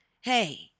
hey